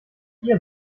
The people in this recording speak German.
ihr